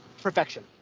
perfection